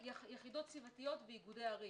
ויחידות סביבתיות ואיגודי ערים